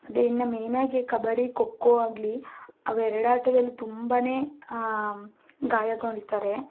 ಅದೇ ಇನ್ನು ಮೇನ್ ಆಗಿ ಕಬಡ್ಡಿ ಖೋ ಖೋ ಆಗಲಿ ಅವೆರಡಾಟದಲ್ಲಿ ತುಂಬಾ ಗಾಯಗೊಳ್ತಾರೆ